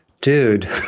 Dude